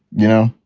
you know?